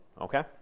okay